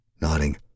nodding